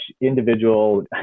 individual